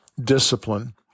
discipline